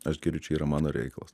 aš geriu čia yra mano reikalas